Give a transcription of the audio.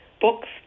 books